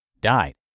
died